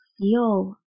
feel